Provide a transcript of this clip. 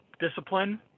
discipline